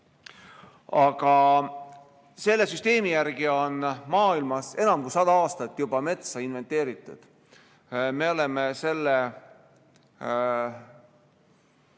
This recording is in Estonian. aga selle süsteemi järgi on maailmas juba enam kui sada aastat metsa inventeeritud. Me oleme selle